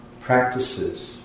practices